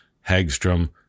Hagstrom